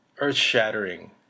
earth-shattering